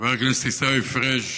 שחבר הכנסת עיסאווי פריג',